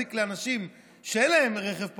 להזיק לאנשים שאין להם רכב פרטי,